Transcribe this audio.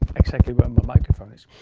exactly where my microphone is.